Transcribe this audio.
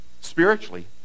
spiritually